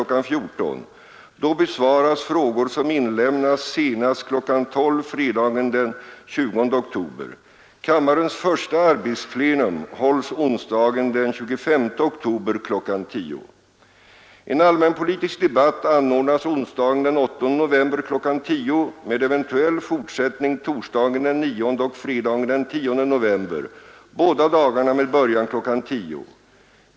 14.00. Då besvaras frågor som inlämnas senast kl. 12.00 fredagen den 20 oktober. Kammarens första arbetsplenum hålls onsdagen den 25 oktober kl. 10.00 En allmänpolitisk debatt anordnas onsdagen den 8 november kl. 10.00 med eventuell fortsättning torsdagen den 9 och fredagen den 10 november, båda dagarna med början kl. 10.00.